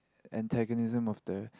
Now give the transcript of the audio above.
antagonism of the